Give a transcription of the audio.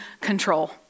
control